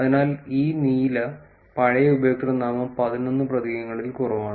അതിനാൽ ഈ നീല പഴയ ഉപയോക്തൃനാമം പതിനൊന്ന് പ്രതീകങ്ങളിൽ കുറവാണ്